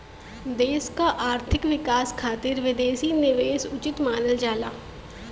देश क आर्थिक विकास खातिर विदेशी निवेश उचित मानल जाला